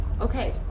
Okay